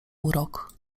urok